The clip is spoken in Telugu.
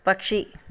పక్షి